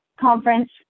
conference